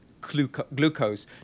glucose